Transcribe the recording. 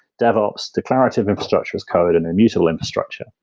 devops, declarative infrastructure as code and immutable infrastructure.